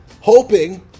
Hoping